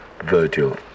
Virgil